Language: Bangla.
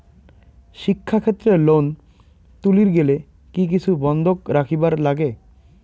শিক্ষাক্ষেত্রে লোন তুলির গেলে কি কিছু বন্ধক রাখিবার লাগে?